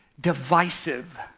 divisive